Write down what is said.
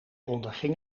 onderging